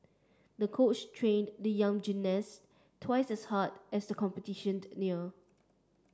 the coach trained the young gymnast twice as hard as the competition neared